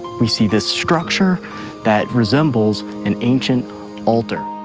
we see this structure that resembles an ancient altar.